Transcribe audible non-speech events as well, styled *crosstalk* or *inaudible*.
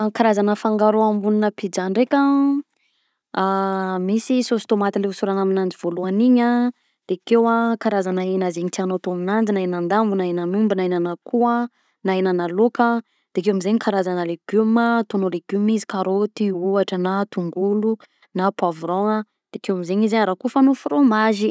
Karazana fangaro ambonina pizza ndraika a: *hesitation* misy saosy tomaty le hosorana amignanjy voalohany igny an, de akeo a karazana hena ze gny tianao atao aminanjy na henan-dambo na henan'omby na henan'akoho na henana laoko a de ao am'zay ny karazana legume ataonao legume izy karaoty ohatra na tongolo na poivron a, de akeo am'zegny izy rakofanao frômazy.